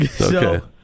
Okay